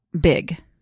big